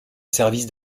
service